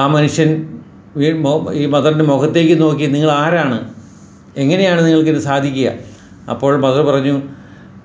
ആ മനുഷ്യൻ ഈ മദ ഈ മദർൻ്റെ മുഖത്ത് നോക്കി നിങ്ങളരാണ് എങ്ങനെയാണ് ഇതിന് സാധിക്കുക അപ്പോൾ മദർ പറഞ്ഞു